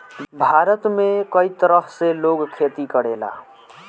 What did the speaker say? भारत में कई तरह से लोग खेती करेला